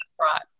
right